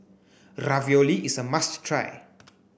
Ravioli is a must try